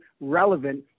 relevant